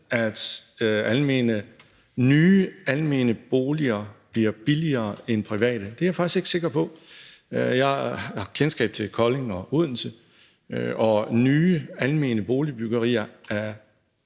at nye almene boliger bliver billigere end private. Det er jeg faktisk ikke sikker på. Jeg har kendskab til Kolding og Odense, og prisen for nye almene boligbyggerier er